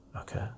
okay